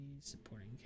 supporting